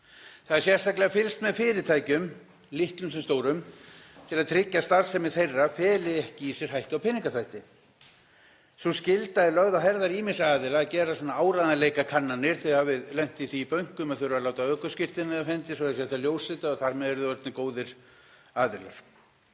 Það er sérstaklega fylgst með fyrirtækjum, litlum sem stórum, til að tryggja að starfsemi þeirra feli ekki í sér hættu á peningaþvætti. Sú skylda er lögð á herðar ýmissa aðila að gera áreiðanleikakannanir. Þið hafið lent í því í bönkum að þurfa að láta ökuskírteini af hendi svo það sé hægt að ljósrita þau og þar með eruð þið orðin góðir aðilar.